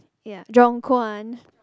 ya Jeong-Kwan